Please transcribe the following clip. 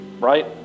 right